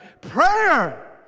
Prayer